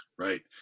Right